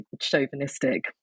chauvinistic